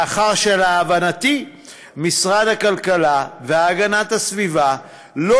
לאחר שלהבנתי משרד הכלכלה והגנת הסביבה לא